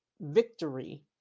victory